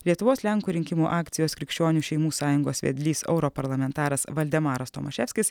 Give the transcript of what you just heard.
lietuvos lenkų rinkimų akcijos krikščionių šeimų sąjungos vedlys europarlamentaras valdemaras tomaševskis